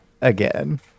again